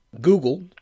Google